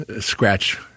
Scratch